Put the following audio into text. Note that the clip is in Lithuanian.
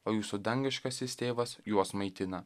o jūsų dangiškasis tėvas juos maitina